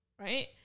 right